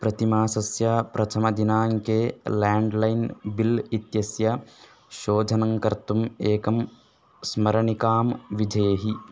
प्रतिमासस्य प्रथमदिनाङ्के landline bill इत्यस्य शोधनं कर्तुम् एकं स्मरणिकां विधेहि